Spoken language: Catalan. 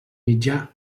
mitjà